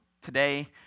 today